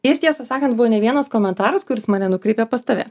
ir tiesą sakant buvo ne vienas komentaras kuris mane nukreipė pas tave